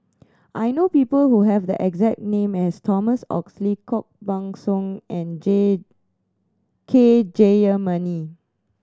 I know people who have the exact name as Thomas Oxley Koh Buck Song and J K Jayamani